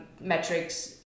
metrics